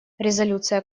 резолюция